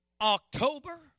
October